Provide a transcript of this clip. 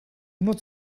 nur